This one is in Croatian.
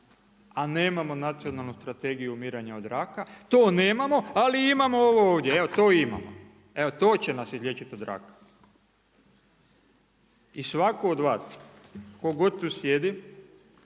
a nemamo Nacionalnu strategiju umiranja od raka. To nemamo, ali imamo ovo ovdje. Evo to imamo, evo to će nas izliječiti od raka. I svatko od vas tko god tu sjedi